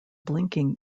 blinking